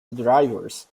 drivers